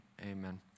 Amen